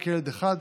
רק ילד אחד,